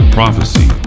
prophecy